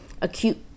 acute